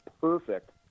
perfect